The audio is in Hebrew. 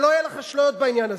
שלא יהיו לך אשליות בעניין הזה.